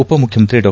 ಉಪ ಮುಖ್ಯಮಂತ್ರಿ ಡಾ